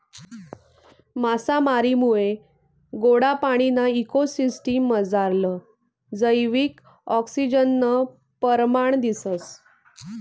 मासामारीमुये गोडा पाणीना इको सिसटिम मझारलं जैविक आक्सिजननं परमाण दिसंस